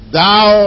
thou